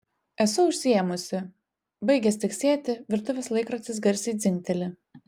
esu užsiėmusi baigęs tiksėti virtuvės laikrodis garsiai dzingteli